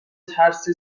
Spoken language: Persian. ترسی